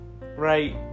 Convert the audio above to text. right